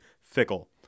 fickle